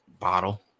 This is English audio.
Bottle